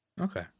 Okay